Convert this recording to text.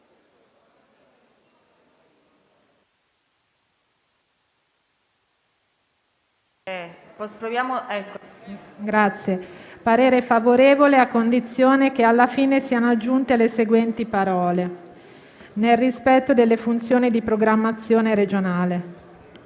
esprimo parere favorevole a condizione che alla fine siano aggiunte le seguenti parole: «nel rispetto delle funzioni di programmazione regionale».